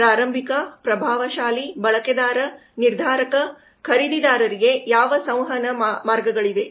ಪ್ರಾರಂಭಿಕ ಪ್ರಭಾವಶಾಲಿ ಬಳಕೆದಾರ ನಿರ್ಧಾರಕ ಖರೀದಿದಾರರಿಗೆ ಯಾವ ಸಂವಹನ ಮಾರ್ಗಗಳಿವೆ